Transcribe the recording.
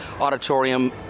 Auditorium